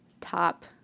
top